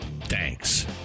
thanks